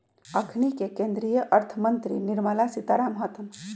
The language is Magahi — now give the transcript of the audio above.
अखनि के केंद्रीय अर्थ मंत्री निर्मला सीतारमण हतन